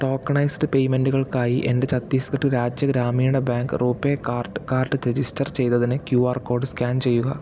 tokenised പേയ്മെൻറ്റുകൾക്കായി എൻ്റെ ഛത്തീസ്ഗഡ് രാജ്യ ഗ്രാമീണ bank RuPay card card register ചെയ്തതിന് ക്യു ആർ കോഡ് സ്കാൻ ചെയ്യുക